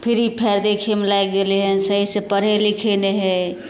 free फायरमे देखैमे लागि गेलै हँ सहीसे पढ़ै लिखै नहि हइ